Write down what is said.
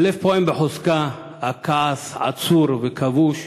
הלב פועם בחוזקה, הכעס עצור וכבוש,